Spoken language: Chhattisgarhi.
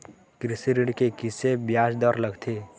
कृषि ऋण के किसे ब्याज दर लगथे?